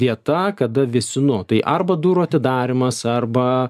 vieta kada visi nu tai arba durų atidarymas arba